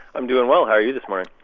i'm doing well. how are you this morning?